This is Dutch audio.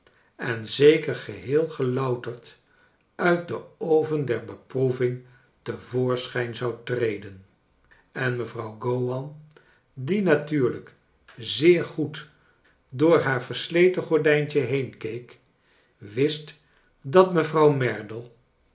en zeker geheel gelouterd uit den oven der beproeving te voorschijn zou treden en mevrouw g owan die natuurlijk zeer goed door haar versleten gordijntje heen keek wist dat mevrouw merdle